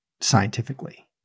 scientifically